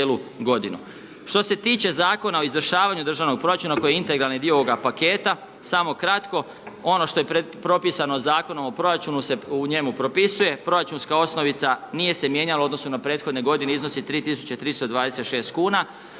Što se tiče Zakona o izvršavanju državnog proračuna koji je integralni dio ovoga paketa, samo kratko, ono što je propisano Zakonom o proračunu se u njemu propisuje, proračunska osnovica, nije se mijenjala u odnosu na prethodne g. iznosi 3326 kn.